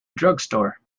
drugstore